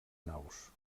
naus